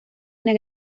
una